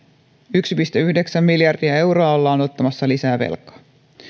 yksi pilkku yhdeksän miljardia euroa ollaan ottamassa lisää velkaa